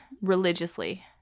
religiously